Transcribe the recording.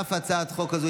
אף הצעת חוק זו,